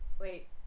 wait